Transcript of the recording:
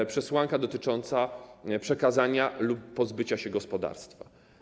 To przesłanka dotycząca przekazania lub pozbycia się gospodarstwa.